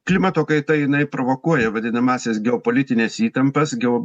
klimato kaita jinai provokuoja vadinamąsias geopolitines įtampas geo